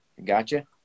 Gotcha